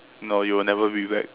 no you will never be back